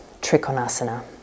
trikonasana